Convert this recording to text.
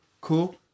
cool